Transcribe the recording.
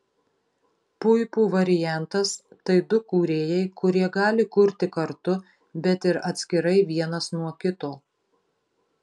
puipų variantas tai du kūrėjai kurie gali kurti kartu bet ir atskirai vienas nuo kito